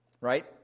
right